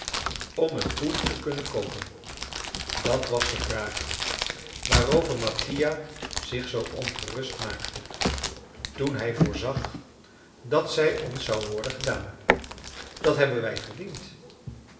om een koe te kunnen koopen dat was de vraag waarover mattia zich zoo ongerust maakte toen hij voorzag dat zij ons zou worden gedaan dat hebben wij verdiend